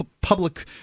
public